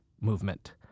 movement